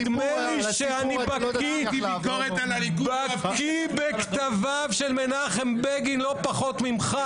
נדמה לי שאני בקיא בכתביו של מנחם בגין לא פחות ממך,